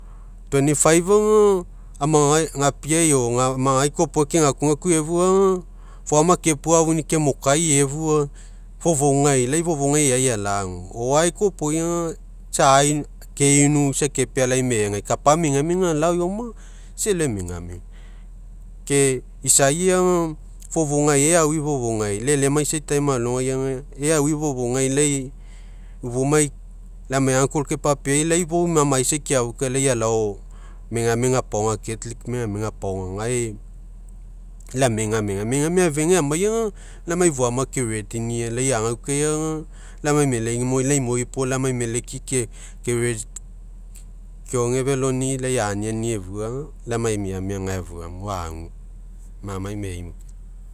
aga gapiai o amagai koa iopoga, kegakugaku efuaga, foama kepuafuni'i, kemokai efua fofougai, lai fofouga eai alagu. O'oae koa ipoi keinu sa kepealai me'egai, kapa megamega galao aoma, isa elao emegamega, ke isiaiaga fofougai ea au- i fofougai. lai elemaisai alogaiga, ea aui fofougai lai ufumai, lai amai kepapeai, lai fou imamaisai keafouka fou alao megamega apaoga, megamega apaoga gae, lai amegamega. Megamega afegai amaiga, lai emai foama ke nia, lai agaukae ga lai imoi puo amai meleki ke oge feloni'i aniani efua, lai amai miamia efua, agua, agu mamai me'ei